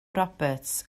roberts